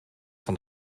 van